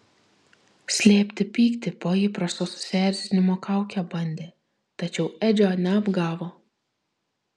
slėpti pyktį po įprasto susierzinimo kauke bandė tačiau edžio neapgavo